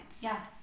Yes